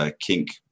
kink